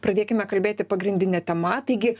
pradėkime kalbėti pagrindine tema taigi